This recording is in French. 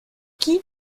qui